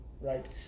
Right